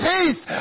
Peace